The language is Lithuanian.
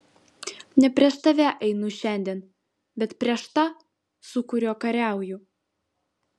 ne prieš tave einu šiandien bet prieš tą su kuriuo kariauju